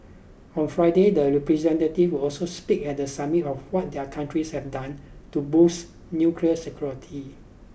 on Friday the representatives will also speak at the summit of what their countries have done to boost nuclear security